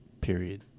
period